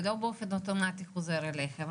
זה לא באופן אוטומטי חוזר אליכם,